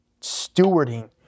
stewarding